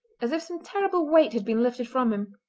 as if some terrible weight had been lifted from him,